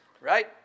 right